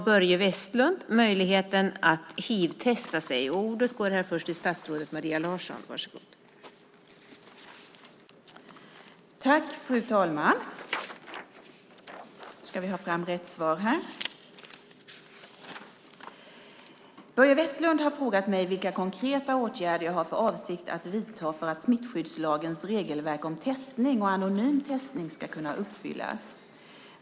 Börje Vestlund har frågat mig vilka konkreta åtgärder jag har för avsikt att vidta för att smittskyddslagens regelverk om testning och anonym testning ska kunna uppfyllas.